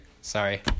Sorry